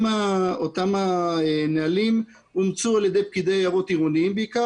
אותם הנהלים אומצו על ידי פקידי היערות העירוניים בעיקר